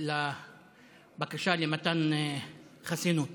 לבקשה למתן חסינות